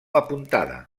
apuntada